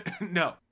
no